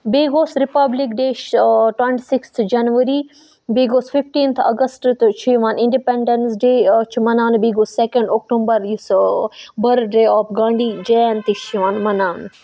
بیٚیہِ گوس Republic Day twenty sixth January بیٚیہِ گوس فِفٹیٖنتھ اَگسٹ تہِ چھُ یِوان اِنڈِپٮ۪نٛڈٮ۪نٕس ڈے چھُ مَناونہٕ بیٚیہِ گوٚو سٮ۪کٮ۪نٛڈ اوٚکٹومبَر یُس بٔرٕڈے آف گاندھی جَیَنتی چھِ یِوان مَناونہٕ